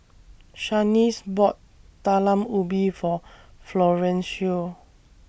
Shaniece bought Talam Ubi For Florencio